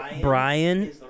Brian